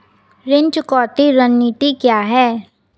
ऋण चुकौती रणनीति क्या है?